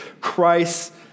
Christ